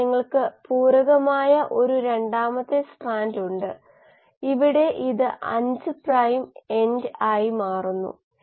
അതിനാൽ കോശത്തിൻറെ അളവ് ബയോറിയാക്ടറിലെ എല്ലാ കോശങ്ങളുടെയും അളവിന് തുല്യമാണ് ശേഷിക്കുന്ന വ്യാപ്തം ചാറു വ്യാപ്തമാണ്